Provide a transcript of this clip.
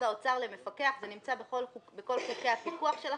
האוצר למפקח" זה נמצא בכל חוקי הפיקוח שלכם.